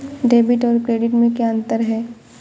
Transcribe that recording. Debit और credit में क्या अंतर है?